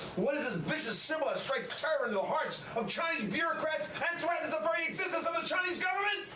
what is this vicious symbol that strikes terror into the hearts of chinese bureaucrats and kind of threatens the very existence of the chinese government?